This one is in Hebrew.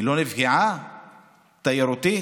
היא לא נפגעה תיירותית?